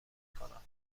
میکنند